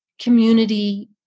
community